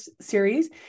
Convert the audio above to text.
series